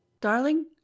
Darling